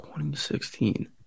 2016